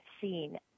seen